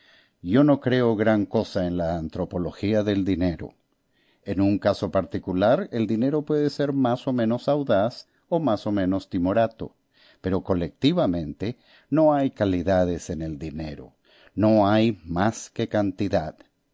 yo no creo gran cosa en la antropología del dinero en un caso particular el dinero puede ser más o menos audaz o más o menos timorato pero colectivamente no hay calidades en el dinero no hay más que cantidad